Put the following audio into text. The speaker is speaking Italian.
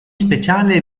speciale